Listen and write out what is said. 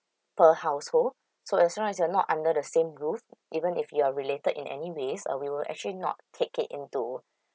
per household so as long as you're not under the same roof even if you are related in any ways uh we will actually not take it into